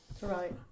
Right